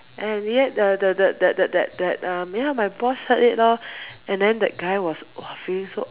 and yet the the the the that that um ya my boss heard it lor and then that guy was !wah! feeling so